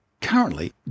Currently